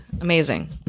amazing